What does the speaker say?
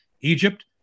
Egypt